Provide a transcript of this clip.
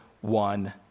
one